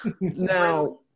Now